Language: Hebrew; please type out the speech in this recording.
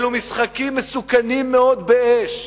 אלו משחקים מסוכנים מאוד באש.